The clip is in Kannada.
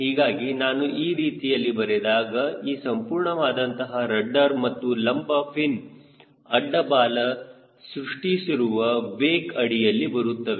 ಹೀಗಾಗಿ ನಾನು ಈ ರೀತಿಯಲ್ಲಿ ಬರೆದಾಗ ಈ ಸಂಪೂರ್ಣವಾದಂತಹ ರಡ್ಡರ್ ಮತ್ತು ಲಂಬ ಫಿನ್ ಅಡ್ಡ ಬಾಲ ಸೃಷ್ಟಿಸಿರುವ ವೇಕ್ ಅಡಿಯಲ್ಲಿ ಬರುತ್ತವೆ